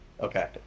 Okay